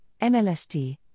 MLST